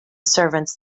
servants